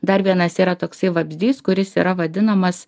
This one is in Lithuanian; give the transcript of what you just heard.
dar vienas yra toksai vabzdys kuris yra vadinamas